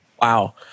Wow